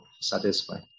satisfied